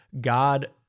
God